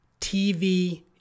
TV